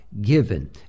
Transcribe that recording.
given